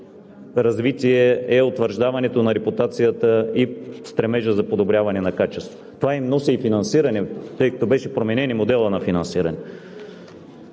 развитие, е утвърждаването на репутацията и стремежа за подобряване на качеството. Това им носи и финансиране, тъй като беше променен и моделът на финансиране.